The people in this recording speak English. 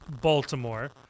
Baltimore